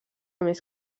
més